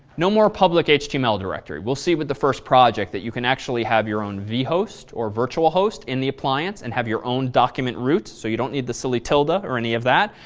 no more public html directory. we'll see with the first project that you can actually have your own vhost or virtual host in the appliance and have your own document root so you don't need the silly tilde ah or any of that.